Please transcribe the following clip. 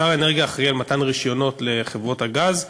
שר האנרגיה אחראי למתן רישיונות לחברות הגז,